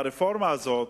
הרפורמה הזאת,